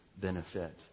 benefit